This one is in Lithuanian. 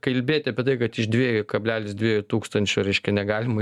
kalbėti apie tai kad iš dviejų kablelis dviejų tūkstančių reiškia negalima